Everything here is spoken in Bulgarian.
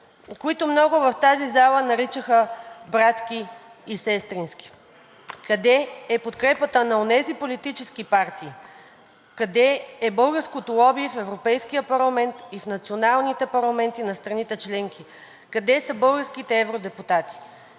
които много в тази зала наричаха братски и сестрински. Къде е подкрепата на онези политически партии, къде е българското лоби в Европейския парламент и в националните парламенти на страните членки? Къде са българските евродепутати?!